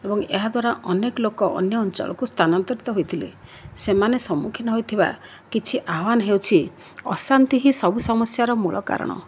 ଏବଂ ଏହା ଦ୍ୱାରା ଅନେକ ଲୋକ ଅନ୍ୟ ଅଞ୍ଚଳକୁ ସ୍ଥାନାନ୍ତରିତ ହୋଇଥିଲେ ସେମାନେ ସମ୍ମୁଖୀନ ହୋଇଥିବା କିଛି ଆହ୍ୱାନ ହେଉଛି ଅଶାନ୍ତି ହିଁ ସବୁ ସମସ୍ୟାର ମୂଳ କାରଣ